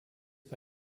bei